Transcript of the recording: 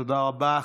תודה רבה.